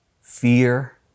fear